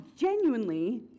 genuinely